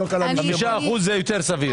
5% זה יותר סביר.